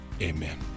amen